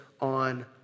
on